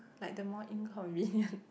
like the more inconvenient